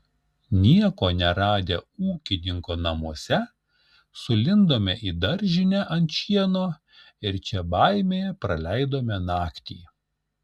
nieko neradę ūkininko namuose sulindome į daržinę ant šieno ir čia baimėje praleidome naktį